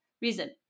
Reason